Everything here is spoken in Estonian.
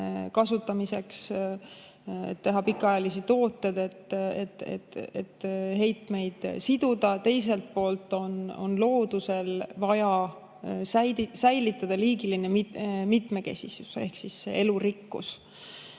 kasutamiseks, et teha pikaajalisi tooteid, et heitmeid siduda. Teiselt poolt on loodusel vaja säilitada liigiline mitmekesisus ehk elurikkus,